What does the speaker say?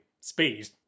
Speed